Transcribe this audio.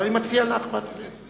אבל אני מציע לך לצאת בעצמך.